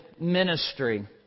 ministry